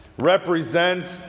represents